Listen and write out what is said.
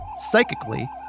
psychically